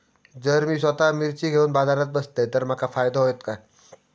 जर मी स्वतः मिर्ची घेवून बाजारात बसलय तर माका फायदो होयत काय?